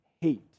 hate